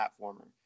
platformer